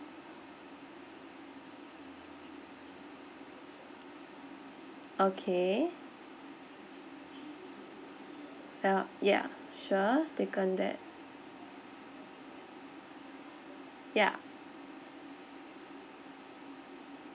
okay yup ya sure taken that ya